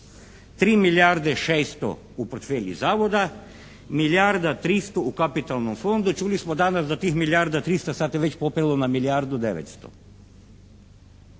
3 milijarde 600 u portfelju zavoda, milijarda i 300 u kapitalnom fondu. Čuli smo danas da tih milijardu i 300 sada se već popelo na milijardu i 900.